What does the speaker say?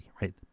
right